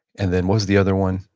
and then was the other one?